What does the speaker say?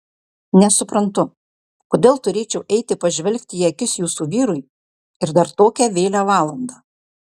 nesuprantu kodėl turėčiau eiti pažvelgti į akis jūsų vyrui ir dar tokią vėlią valandą